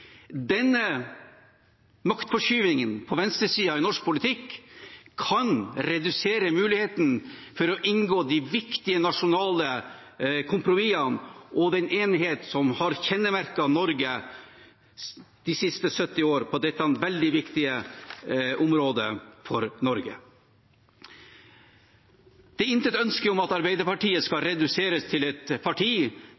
Denne maktforskyvningen på venstresiden i norsk politikk kan redusere muligheten for å inngå de viktige nasjonale kompromissene og den enigheten som har kjennetegnet Norge de siste 70 år på dette veldig viktige området for Norge. Det er intet ønske at Arbeiderpartiet skal